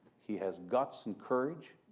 he has guts and courage.